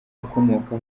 ukomoka